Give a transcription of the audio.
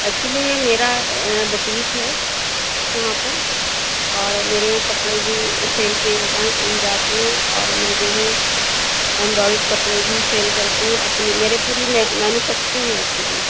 actually یہ میرا boutique ہے یہاں پر اور میرے یہاں کپڑے بھی سیل کیے ج جاتے ہیں اور میں جو ہوں ایمبرائڈڈ کپڑے بھی سیل کرتی ہوں اور اپنی میرے پوری مینوفیکچرنگ ہے ایکچولی